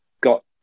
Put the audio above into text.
got